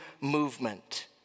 movement